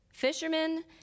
Fishermen